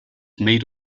made